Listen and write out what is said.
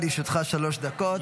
בבקשה, לרשותך שלוש דקות.